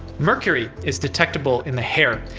mercury is detectable in the hair,